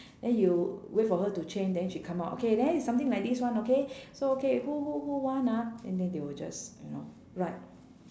then you wait for her to change then she come out okay then it's something like this one okay so okay who who who want ah and then they will just you know write